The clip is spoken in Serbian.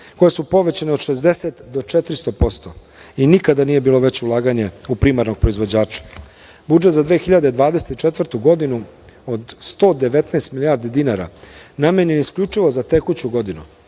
koje su povećane od 60 do 400% i nikada nije bilo veće ulaganje u primarnog proizvođača. Budžet za 2024. godinu, od 119 milijardi dinara, namenjen je isključivo za tekuću godinu,